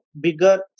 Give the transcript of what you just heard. bigger